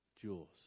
Jewels